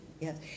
Yes